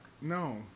No